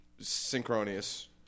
Synchronous